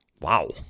Wow